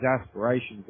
aspirations